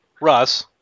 Russ